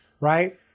right